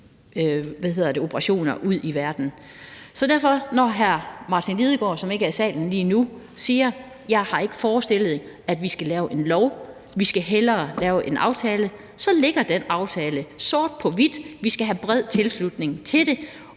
operationer ud i verden. Så når hr. Martin Lidegaard, som ikke er i salen lige nu, siger, at han ikke har forestillet sig, at vi skal lave en lov, for vi skal hellere lave en aftale, så ligger den aftale sort på hvidt: Vi skal have bred tilslutning til det.